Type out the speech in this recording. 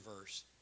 verse